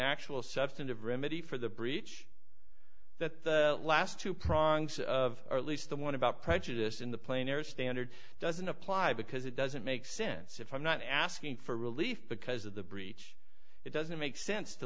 actual substantive remedy for the breach that last two prongs of or at least the one about prejudice in the plane or standard doesn't apply because it doesn't make sense if i'm not asking for relief because of the breach it doesn't make sense to